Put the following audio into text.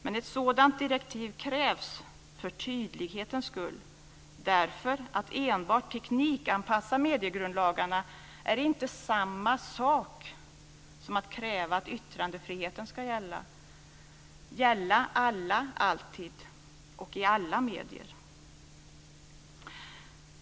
Men ett sådant direktiv krävs, för tydlighetens skull, därför att enbart teknikanpassning av mediegrundlagarna är inte samma sak som att kräva att yttrandefriheten ska gälla alla, alltid och i alla medier.